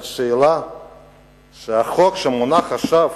אבל החוק שמונח עכשיו,